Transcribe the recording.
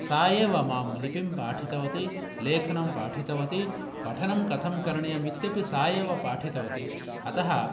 सा एव मां लिपिं पाठितवती लेखनं पाठितवती पठनं कथं करणीयमिति सा एव पाठितवती अत